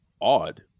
odd